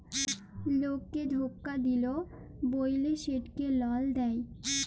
লককে ধকা দিল্যে বল্যে সেটকে লল দেঁয়